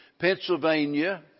Pennsylvania